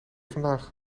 vandaag